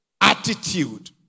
attitude